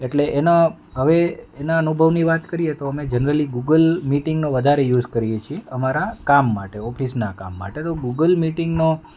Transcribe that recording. એટલે એના હવે એના અનુભવની વાત કરીએ તો અમે જનરલી ગૂગલ મીટીંગનો વધારે યુઝ કરીએ છીએ અમારા કામ માટે ઓફિસનાં કામ માટે તો ગૂગલ મીટીંગનો